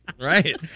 Right